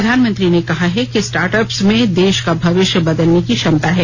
प्रधानमंत्री ने कहा है कि स्टार्टअप्स में देश का भविष्य बदलने की क्षमता है